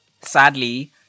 Sadly